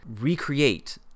recreate